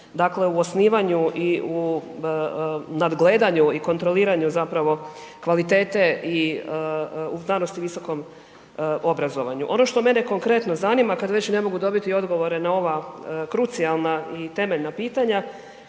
dakle, u osnivanju i u nadgledanju i kontroliranju zapravo kvalitete i u znanosti i visokom obrazovanju. Ono što mene konkretno zanima, kad već ne mogu dobiti odgovore na ova krucijalna i temeljna pitanja